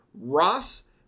Ross